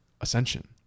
ascension